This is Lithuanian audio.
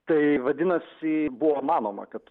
tai vadinasi buvo manoma kad